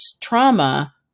trauma